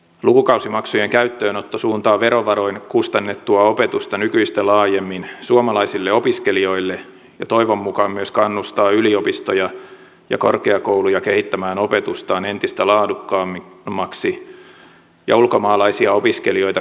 lukukausimaksujen käyttöönotto suuntaa verovaroin kustannettua opetusta nykyistä laajemmin suomalaisille opiskelijoille ja toivon mukaan myös kannustaa yliopistoja ja korkeakouluja kehittämään opetustaan entistä laadukkaammaksi ja ulkomaalaisia opiskelijoita kiinnostavammaksi